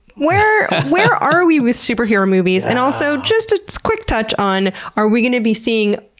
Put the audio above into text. where where are are we with superhero movies? and also just a quick touch on, are we going to be seeing,